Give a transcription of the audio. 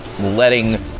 letting